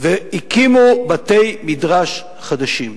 והקימו בתי-מדרש חדשים,